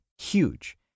huge